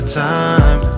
time